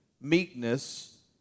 meekness